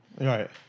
Right